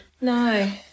No